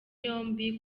yombi